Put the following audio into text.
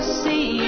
see